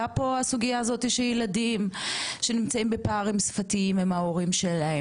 עלתה פה הסוגייה הזאתי שילדים שנמצאים בפערים שפתיים עם ההורים שלהם,